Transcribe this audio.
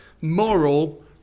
moral